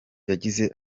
yagize